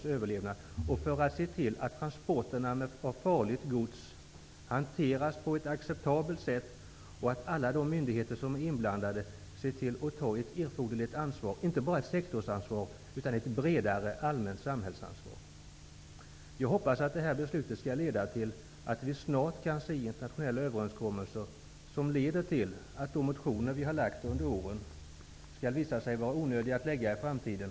Det är fråga om att se till att transporterna av farligt gods hanteras på ett acceptabelt sätt och att alla de myndigheter som är inblandade tar ett erfoderligt ansvar, inte bara ett sektorsansvar utan ett bredare allmänt samhällsansvar. Jag hoppas att detta beslut skall leda till att vi snart kan se internationella överenskommelser. Vidare skall de motioner vi hittills har väckt inte behöva väckas i framtiden.